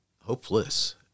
hopeless